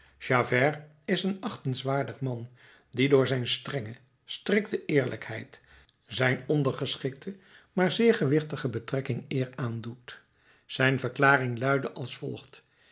is een achtenswaardig man die door zijn strenge strikte eerlijkheid zijn ondergeschikte maar zeer gewichtige betrekking eer aandoet zijn verklaring luidde als volgt